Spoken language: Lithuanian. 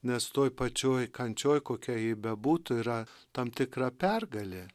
nes toj pačioj kančioj kokia ji bebūtų yra tam tikra pergalė